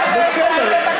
את חברי הכנסת,